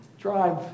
drive